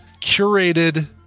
curated